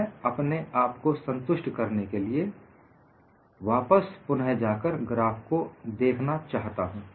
मैं अपने आप को संतुष्ट करने के लिए वापस जाकर पुनः ग्राफ को देखना चाहता हूं